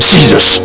Jesus